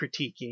critiquing